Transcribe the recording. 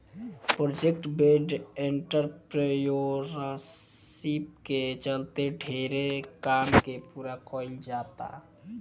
project based entrepreneurship के चलते ढेरे काम के पूरा कईल जाता